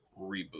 reboot